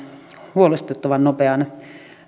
huolestuttavan nopean